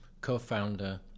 co-founder